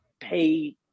pay